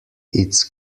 its